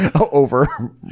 over